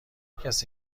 کسی